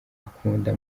akunda